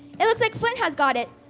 it looks like flint has got it.